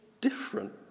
different